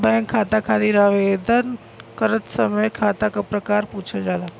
bank खाता खातिर आवेदन करत समय खाता क प्रकार पूछल जाला